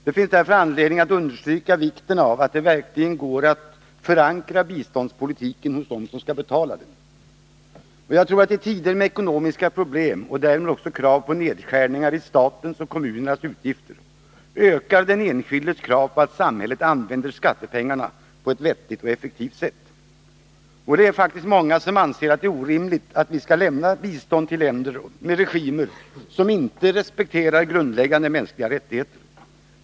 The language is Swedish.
Det finns därför anledning att understryka vikten av att det verkligen går att förankra biståndspolitiken hos dem som skall betala. I tider med ekonomiska problem och därmed också krav på nedskärningar istatens och kommunernas utgifter ökar den enskildes krav på att samhället använder skattepengarna på ett vettigt och effektivt sätt. Det är faktiskt många som anser att det är orimligt att vi skall lämna bistånd till länder med regimer som inte respekterar grundläggande mänskliga rättigheter.